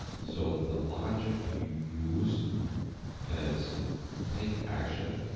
so the logic you use as take action,